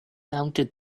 mounted